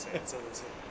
check answer check answer